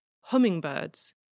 hummingbirds